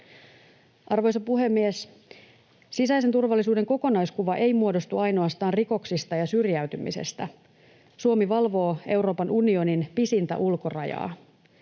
Arvoisa puhemies! Sisäisen turvallisuuden kokonaiskuva ei muodostu ainoastaan rikoksista ja syrjäytymisestä. Suomi valvoo Euroopan unionin pisintä ulkorajaa.